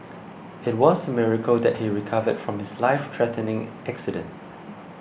it was miracle that he recovered from his lifethreatening accident